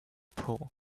pool